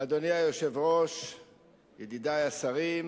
אדוני, אני מצטער.